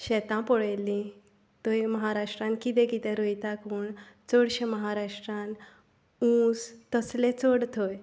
शेतां पळयलीं थंय म्हाराष्ट्रांत कितें कितें रोयतात चडशें महाराष्ट्रांत उस तसलें चड थंय